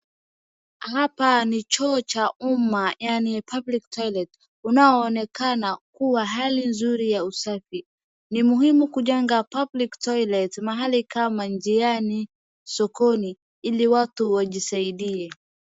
Hapa ni choo cha umma yaani public toilet unaonekana kuwa hali nzuri ya usafi, ni muhimu kujenga public toilet mahali kama njiani, sokoni ili watu wajisaidie.